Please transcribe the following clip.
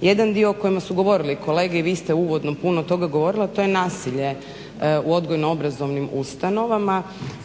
Jedan dio o kojemu su govorili kolege i vi ste u uvodnom puno toga govorili, a to je nasilje u odgojno obrazovnim ustanovama